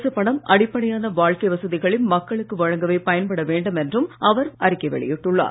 அரசுப் பணம் அடிப்படையான வாழ்க்கை வசதிகளை மக்களுக்கு வழங்கவே பயன்பட வேண்டும் என்றும் அவர் வெளியிட்டுள்ளார்